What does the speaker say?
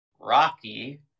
Rocky